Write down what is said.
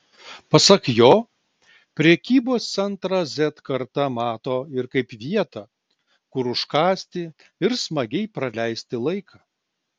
pasak jo prekybos centrą z karta mato ir kaip vietą kur užkąsti ir smagiai praleisti laiką